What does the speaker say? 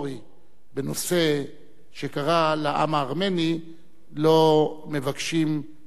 בנושא שקרה לעם הארמני לא מבקשים לעשות לובי,